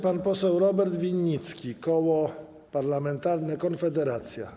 Pan poseł Robert Winnicki, Koło Parlamentarne Konfederacja.